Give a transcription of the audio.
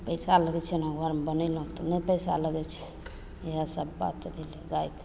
पैसा लगय छै ने घरमे बनेलहुँ तऽ नहि पैसा लगय छै इएह सब बात भेलय